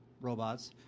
robots